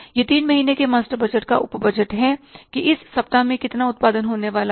यह तीन महीने के मास्टर बजट का उप बजट है कि इस सप्ताह में कितना उत्पादन होने वाला है